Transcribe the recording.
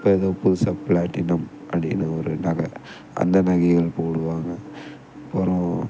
இப்போ எதோ புதுசாக பிளாட்டினம் அப்படின்னு ஒரு நகை அந்த நகைகள் போடுவாங்க அப்புறோம்